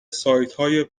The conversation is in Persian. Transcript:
سایتهای